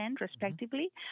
respectively